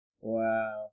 Wow